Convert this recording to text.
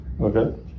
Okay